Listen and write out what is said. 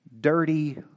dirty